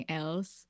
else